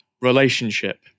relationship